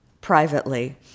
privately